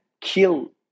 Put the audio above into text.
kill